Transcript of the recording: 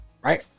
right